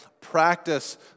practice